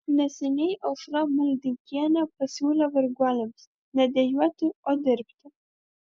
neseniai aušra maldeikienė pasiūlė varguoliams ne dejuoti o dirbti